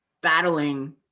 battling